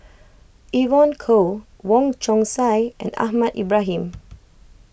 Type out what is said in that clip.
Evon Kow Wong Chong Sai and Ahmad Ibrahim